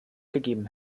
gegeben